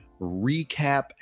recap